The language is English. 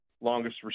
longest